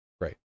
Great